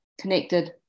connected